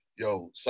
Yo